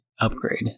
upgrade